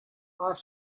are